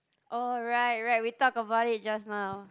alright right we talk about it just now